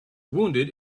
wounded